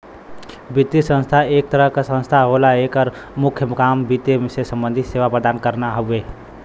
वित्तीय संस्था एक तरह क संस्था होला एकर मुख्य काम वित्त से सम्बंधित सेवा प्रदान करना हउवे